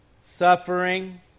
suffering